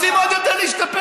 רוצים עוד יותר להשתפר.